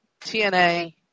TNA